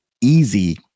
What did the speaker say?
Easy